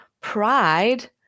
pride